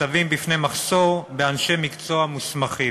ניצבים בפני מחסור באנשי מקצוע מוסמכים.